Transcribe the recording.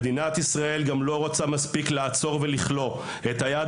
מדינת ישראל גם לא רוצה מספיק לעצור ולכלוא את היד